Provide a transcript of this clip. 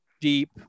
deep